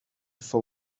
for